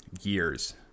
years